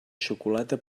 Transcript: xocolata